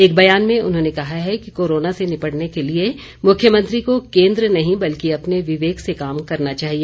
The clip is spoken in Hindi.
एक बयान में उन्होंने कहा है कि कोरोना से निपटने के लिए मुख्यमंत्री को केंद्र नहीं बल्कि अपने विवेक से काम करना चाहिए